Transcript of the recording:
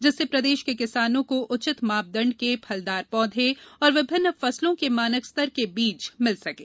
जिससे प्रदेश के किसानों को उचित मापदंड के फलदार पौधे और विभिन्न फसलों के मानक स्तर के बीज मिल सकें